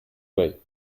way